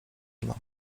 mną